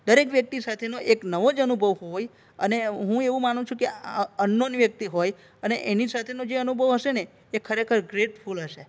દરેક વ્યક્તિ સાથેનો એક નવો જ અનુભવ હોય અને હું એવું માનું છું કે આ અનનોન વ્યક્તિ હોય એની સાથેનો જે અનુભવ હશેને એ ખરેખર ગ્રેટફૂલ હશે